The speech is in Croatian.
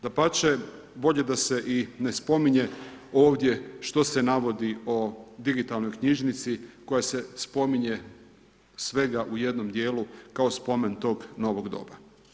Dapače, bolje da se i ne spominje ovdje što se navodi o digitalnoj knjižnici koja se spominje svega u jednom dijelu kao spomen tog novog doba.